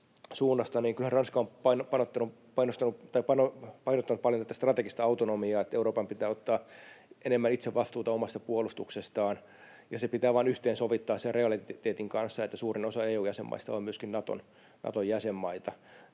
Kyllähän Ranska on painottanut paljon tätä strategista autonomiaa, että Euroopan pitää ottaa itse enemmän vastuuta omasta puolustuksestaan, ja se pitää vain yhteensovittaa sen realiteetin kanssa, että suurin osa EU-jäsenmaista on myöskin Naton jäsenmaita.